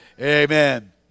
amen